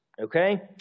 Okay